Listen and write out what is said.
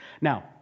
Now